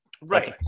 Right